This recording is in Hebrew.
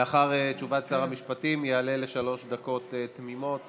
לאחר תשובת שר המשפטים יעלה לשלוש דקות תמימות